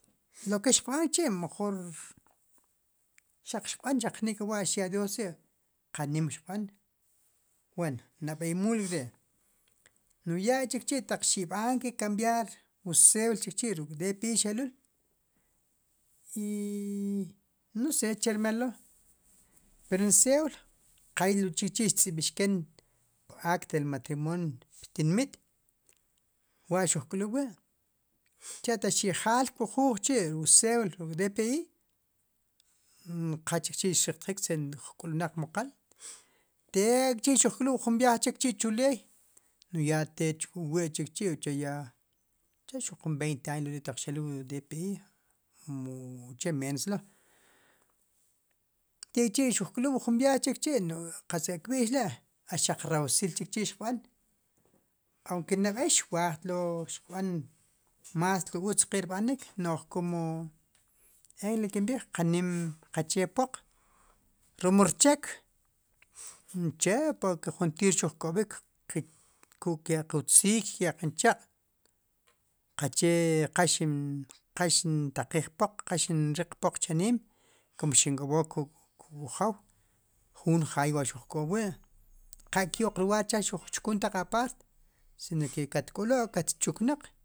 Loke xiqb'an k'chi' mejoor xaq jnik'wa'chi' xyaa dioos wi' qanim xiqb'an, ween nab'ey muul ri' no'j yak'chikchi' ataq xi' b'aan kab'yaar wu cedla rom wu dpi, i no se che rmal lo' pi rin cedula qa lo chikchi' xtz'ib'ixken pwu acta de matrimonio pptinmiit, wa'xujk'lub' wi' sicha' taq xi' jaalk'wu juuj chi' ruk'cedula y dpi qachikchi'xriqtjik si uj k'ulb'naq mu qal tek'chi' xuj k'lub' jun b'iaaj chichi'chu leey no'j yaa tech wu wee chikchi' uche jun veinte años ri ri'wu xeluul wu dpi mu uche menos lo' tek'chi'xuj k'lub' jun viaajchikchi' no'j qatzz k'a kb'i'xla' k'a xaq rawsil chikchi' xiq b'an awke nab'ey xwaajtlo' ma's tlo utz qin rb'anik no'j kum ek'li kin bp iij qa nim, qache poq rom rcheek, uche juntiir xuj k 'ob'ik, kuk'ke'q wtziik, kuk' ke'q nchaq' qache qa qaxintaqiij poq qa xin riq poq chaniim, kum xink'ob'ook kuk'wjow juun jaay wa'xuj k'oob' wi' qak'kyo'q lugaar xuj chkun taq apaart, sino kat k'olo'k kat chuknaq.